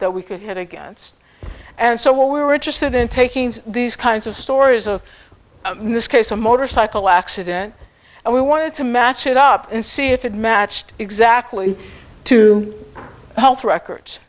that we could head against and so we were interested in taking these kinds of stories a mis case a motorcycle accident and we wanted to match it up and see if it matched exactly to the health records